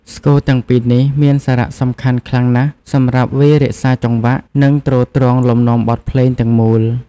ស្គរទាំងពីរនេះមានសារៈសំខាន់ខ្លាំងណាស់សម្រាប់វាយរក្សាចង្វាក់ និងទ្រទ្រង់លំនាំបទភ្លេងទាំងមូល។